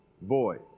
voice